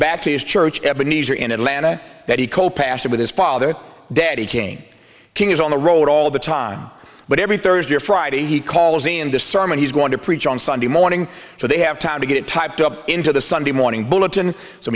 his church ebenezer in atlanta that he co pastor with his father daddy king king is on the road all the time but every thursday or friday he calls in the sermon he's going to preach on sunday morning so they have time to get it typed up into the sunday morning bulletin so